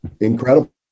incredible